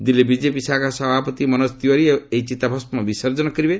Delhi BJP ଶାଖା ସଭାପତି ମନୋକ୍ତ ତିୱାରୀ ଏହି ଚିତାଭସ୍କ ବିସର୍ଜନ କରିବେ